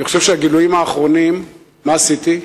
אני חושב שהגילויים האחרונים, מה עשיתי?